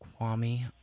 Kwame